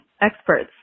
experts